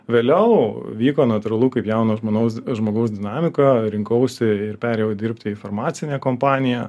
vėliau vyko natūralu kaip jauno žmogaus žmogaus dinamika rinkausi ir perėjau dirbti į farmacinę kompaniją